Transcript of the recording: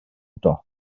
dop